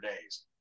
days